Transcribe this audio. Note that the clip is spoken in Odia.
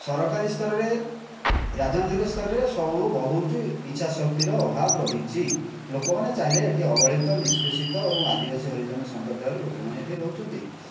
ସରକାରୀ ସ୍ତରରେ ରାଜନୀତି ସ୍ତରରେ ସବୁ ବହୁତ ଇଚ୍ଛା ଶକ୍ତିର ଅଭାବ ରହିଛି ଲୋକମାନେ ଚାହିଁଲେ ଏଠି ଅବହେଳିତ ନିଷ୍ପେଷିତ ଓ ଆଦିବାସୀ ହରିଜନ ସମ୍ପ୍ରଦାୟର ଲୋକମାନେ ଏଠି ରହୁଛନ୍ତି